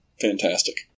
Fantastic